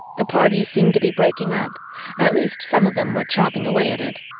the party seemed to be breaking up at least some of them were chopping away at it.